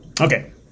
okay